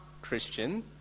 Christian